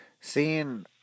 seeing